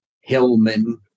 Hillman